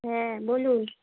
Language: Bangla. হ্যাঁ বলুন